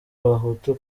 abahutu